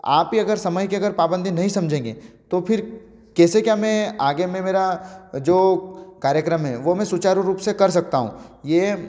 आप ही अगर समय के अगर पाबंदी नहीं समझेंगे तो फिर कैसे क्या मैं आगे में मेरा जो कार्यक्रम है वो मैं सुचारू रूप से कर सकता हूँ ये